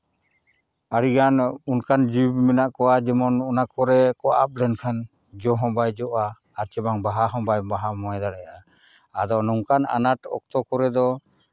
ᱟᱹᱰᱤ ᱜᱟᱱ ᱚᱱᱠᱟᱱ ᱡᱤᱵᱽ ᱢᱮᱱᱟᱜ ᱠᱚᱣᱟ ᱡᱮᱢᱚᱱ ᱚᱱᱟ ᱠᱚᱨᱮ ᱠᱚ ᱟᱵ ᱞᱮᱠᱷᱟᱱ ᱡᱚ ᱦᱚᱸ ᱵᱟᱭ ᱡᱚᱜᱼᱟ ᱟᱨ ᱪᱮ ᱵᱟᱦᱟ ᱦᱚᱸ ᱵᱟᱭ ᱢᱚᱦᱮ ᱫᱟᱲᱮᱭᱟᱜᱼᱟ ᱟᱫᱚ ᱱᱚᱝᱠᱟᱱ ᱟᱱᱟᱴ ᱚᱠᱛᱚ ᱠᱚᱨᱮ ᱫᱚ